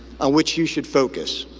ah which you should focus.